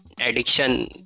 addiction